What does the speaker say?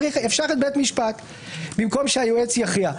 אפשר את בית המשפט במקום שהיועץ יכריע.